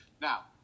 now